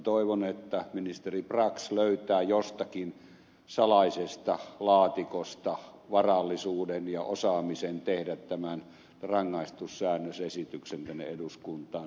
toivon että ministeri brax löytää jostakin salaisesta laatikosta varallisuuden ja osaamisen tehdä tämän rangaistussäännösesityksen tänne eduskuntaan